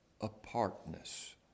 apartness